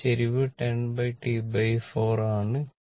ഈ ചരിവ് 10 T 4 t ആണ്